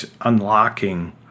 unlocking